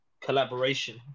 collaboration